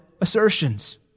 assertions